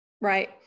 Right